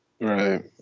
Right